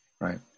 Right